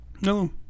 No